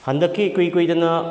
ꯍꯟꯗꯛꯀꯤ ꯏꯀꯨꯏ ꯀꯨꯏꯗꯅ